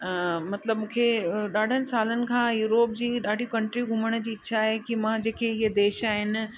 मतलबु मूंखे ॾाढनि सालनि खां यूरोप जी ॾाढी कंट्रियूं घुमण जी इच्छा आहे की मां जेके इहे देश आहिनि